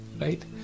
right